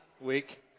week